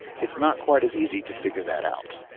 it's not quite as easy to figure that out.